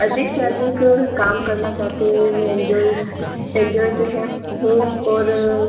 अधिक से अधिक काम करना चाहते हैं मैं एन्जॉय एन्जॉय से हैं हूँ और